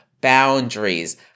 boundaries